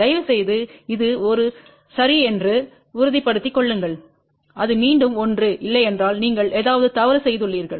தயவு செய்து இது 1 சரி என்று உறுதிப்படுத்திக் கொள்ளுங்கள் அது மீண்டும் 1 இல்லையென்றால் நீங்கள் ஏதாவது தவறு செய்துள்ளீர்கள்